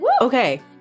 Okay